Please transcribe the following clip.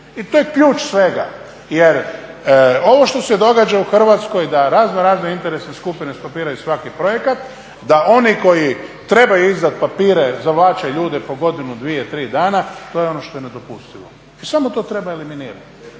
I to je ključ svega, jer ovo što se događa u Hrvatskoj da raznorazne interesne skupine stopiraju svaki projekat, da oni koji trebaju izdat papire zavlače ljude po godinu, dvije, tri dana, to je ono što je nedopustivo i samo to treba eliminirati